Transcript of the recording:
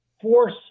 force